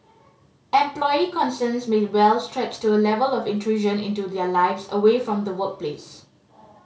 employee concerns may well stretch to a level of intrusion into their lives away from the workplace